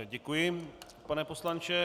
Děkuji, pane poslanče.